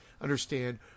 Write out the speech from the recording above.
understand